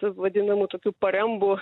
vadinamų tokių parembų